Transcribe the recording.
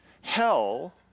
Hell